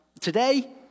Today